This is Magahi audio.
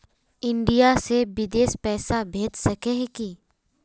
इंडिया से बिदेश पैसा भेज सके है की?